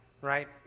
right